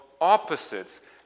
opposites